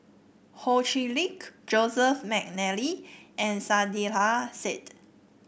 Ho Chee Lick Joseph McNally and Saiedah Said